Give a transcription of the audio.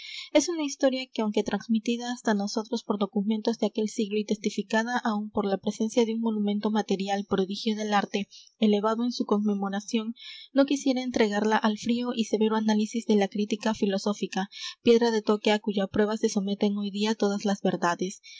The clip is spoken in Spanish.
es una historia que aunque transmitida hasta nosotros por documentos de aquel siglo y testificada aún por la presencia de un monumento material prodigio del arte elevado en su conmemoración no quisiera entregarla al frío y severo análisis de la crítica filosófica piedra de toque á cuya prueba se someten hoy día todas las verdades